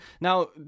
now